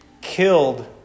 killed